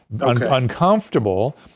Uncomfortable